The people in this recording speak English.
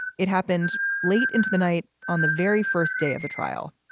it happened late into the night on the very first day of the trial.